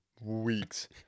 weeks